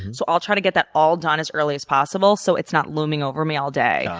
so i'll try to get that all done as early as possible so it's not looming over me all day.